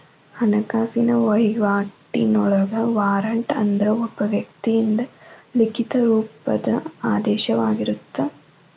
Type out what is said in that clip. ಹಣಕಾಸಿನ ವಹಿವಾಟಿನೊಳಗ ವಾರಂಟ್ ಅಂದ್ರ ಒಬ್ಬ ವ್ಯಕ್ತಿಯಿಂದ ಲಿಖಿತ ರೂಪದ ಆದೇಶವಾಗಿರತ್ತ